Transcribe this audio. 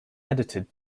edited